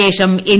ശേഷം എൻ